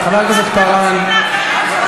אתם סרים למרותו של נתניהו.